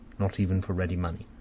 not even for ready money.